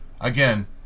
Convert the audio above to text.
Again